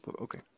okay